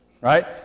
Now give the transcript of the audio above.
right